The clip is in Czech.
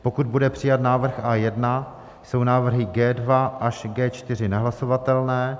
pokud bude přijat návrh A1, jsou návrhy G2 až G4 nehlasovatelné